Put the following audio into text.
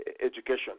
education